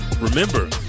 Remember